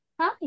Hi